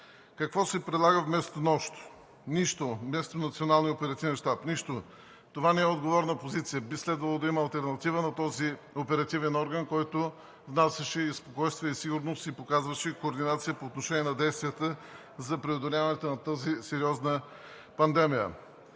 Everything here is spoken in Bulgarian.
Какво се предлага вместо НОЩ, вместо Националния оперативен щаб? Нищо. Това не е отговорна позиция. Би следвало да има алтернатива на този оперативен орган, който внасяше и спокойствие, и сигурност, и показваше координация по отношение на действията за преодоляването на тази сериозна пандемия.